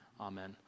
Amen